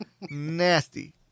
nasty